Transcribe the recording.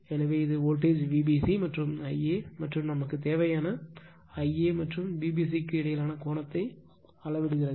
எனவே இது voltage Vbc மற்றும் Ia மற்றும் நமக்குத் தேவையான Ia மற்றும் Vbc க்கு இடையிலான கோணத்தை அளவிடுகிறது